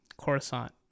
Coruscant